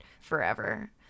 forever